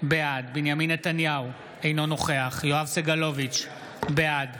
בעד בנימין נתניהו, אינו נוכח יואב סגלוביץ' בעד